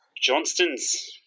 Johnston's